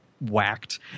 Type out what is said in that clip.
Whacked